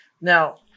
Now